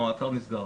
האתר נסגר.